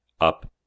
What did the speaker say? up